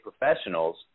professionals